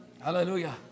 Hallelujah